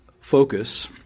focus